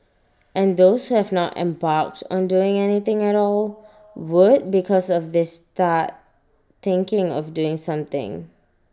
and those who have not embarked on doing anything at all would because of this start thinking of doing something